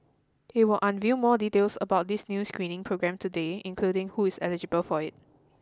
it will unveil more details about this new screening program today including who is eligible for it